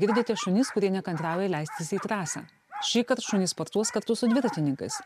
girdite šunys kurie nekantrauja leistis į trasą šįkart šunys sportuos kartu su dviratininkais